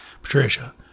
Patricia